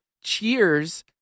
cheers